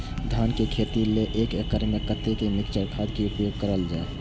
धान के खेती लय एक एकड़ में कते मिक्चर खाद के उपयोग करल जाय?